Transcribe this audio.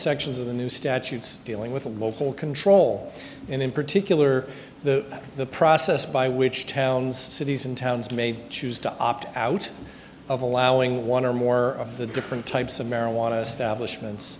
sections of the new statutes dealing with local control and in particular the the process by which towns cities and towns may choose to opt out of allowing one or more of the different types of marijuana establishment